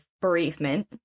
bereavement